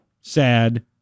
Sad